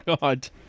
God